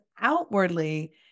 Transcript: outwardly